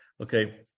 okay